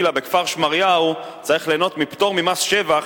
או וילה בכפר-שמריהו צריך ליהנות מפטור ממס שבח?